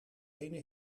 ene